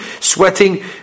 Sweating